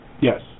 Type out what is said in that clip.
Yes